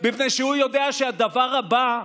מפני שהוא יודע שהדבר הבא,